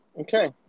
Okay